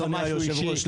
אדוני היושב-ראש,